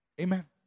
Amen